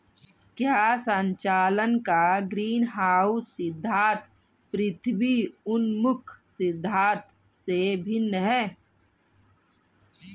क्या संचालन का ग्रीनहाउस सिद्धांत पृथ्वी उन्मुख सिद्धांत से भिन्न है?